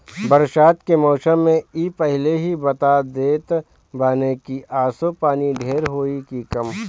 बरसात के मौसम में इ पहिले ही बता देत बाने की असो पानी ढेर होई की कम